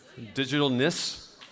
Digitalness